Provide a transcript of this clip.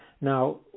Now